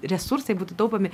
resursai būtų taupomi